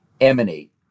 emanate